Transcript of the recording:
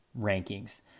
rankings